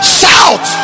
shout